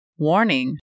Warning